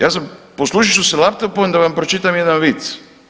Ja sam, poslužit ću se laptopom da vam pročitam jedan vic.